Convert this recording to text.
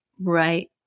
Right